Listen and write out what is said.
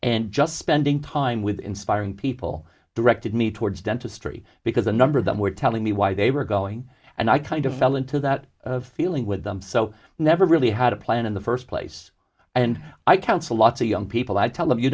and just spending time with inspiring people directed me towards dentistry because a number of them were telling me why they were going and i kind of fell into that feeling with them so never really had a plan in the first place and i counsel lots of young people and tell them you